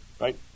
Right